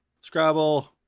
Scrabble